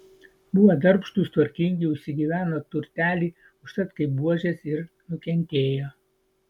buvo darbštūs tvarkingi užsigyveno turtelį užtat kaip buožės ir nukentėjo